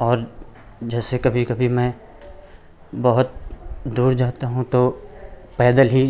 और जैसे कभी कभी मैं बहुत दूर जाता हूँ तो पैदल ही